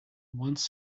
once